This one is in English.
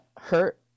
hurt